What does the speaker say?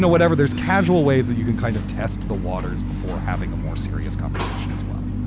whatever. there's casual ways that you can kind of test the waters before having a more serious conversation as well